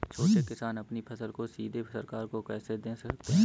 छोटे किसान अपनी फसल को सीधे सरकार को कैसे दे सकते हैं?